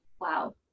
wow